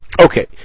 Okay